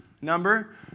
number